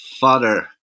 father